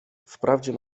wprawdzie